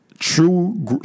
True